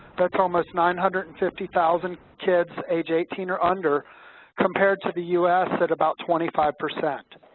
that's almost nine hundred and fifty thousand kids age eighteen or under compared to the u s. at about twenty five percent.